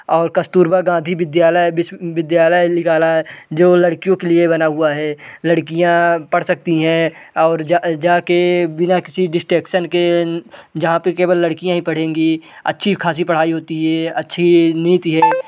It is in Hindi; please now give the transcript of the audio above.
और कस्तूरबा गांधी विद्यालय विश्वविद्यालय निकाला जो लड़कियों के लिए बना हुआ है लड़कियाँ पढ़ सकती हैं और जा जा के बिना किसी डिस्टेक्सन के जहाँ पे केवल लड़कियां ही पढ़ेंगी अच्छी खासी पढ़ाई होती है अच्छी नीति है